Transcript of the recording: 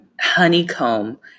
honeycomb